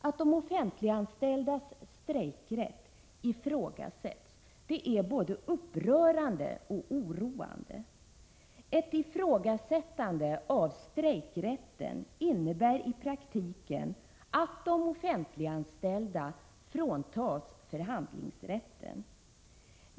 Att de offentliganställdas strejkrätt ifrågasätts är både upprörande och oroande. Ett ifrågasättande av strejkrätten innebär i praktiken att de offentliganställda fråntas förhandlingsrätten.